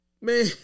Man